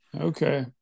Okay